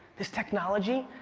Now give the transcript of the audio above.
this technology,